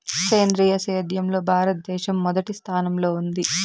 సేంద్రీయ సేద్యంలో భారతదేశం మొదటి స్థానంలో ఉంది